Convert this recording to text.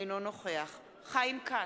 אינו נוכח חיים כץ,